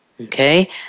Okay